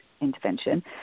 intervention